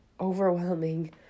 overwhelming